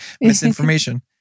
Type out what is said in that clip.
misinformation